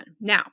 Now